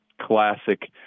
classic